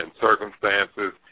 circumstances